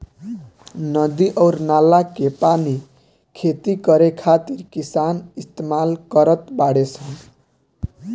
नदी अउर नाला के पानी खेती करे खातिर किसान इस्तमाल करत बाडे सन